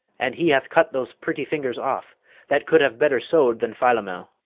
and he hath cut those pretty fingers off that could have better sew'd than philomel.